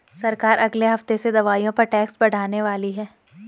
सरकार अगले हफ्ते से दवाइयों पर टैक्स बढ़ाने वाली है